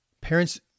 Parents